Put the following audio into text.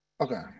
Okay